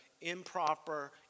improper